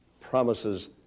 promises